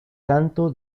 canto